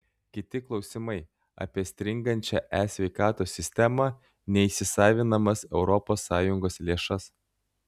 kiti klausimai apie stringančią e sveikatos sistemą neįsisavinamas europos sąjungos lėšas